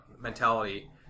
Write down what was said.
mentality